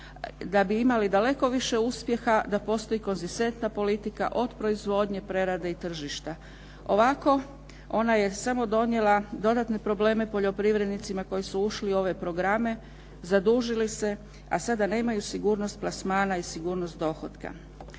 da bi imali daleko više uspjeha da postoji konzistentna politika od proizvodnje, prerade i tržišta. Ovako ona je samo donijela dodatne probleme poljoprivrednicima koji su ušli u ove programe, zadužili se a sada nemaju sigurnost plasmana i sigurnost dohotka.